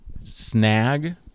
snag